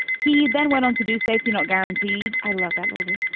he then went on to do safety, not guaranteed. i love that movie.